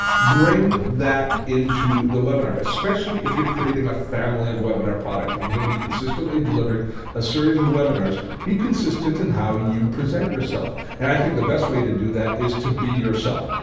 bring that into the webinar, especially if you're creating a family of webinar products. if you're going to be consistently delivering a series of webinars, be consistent in how you present yourself. and i think the best way to do that is to be yourself.